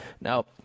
Now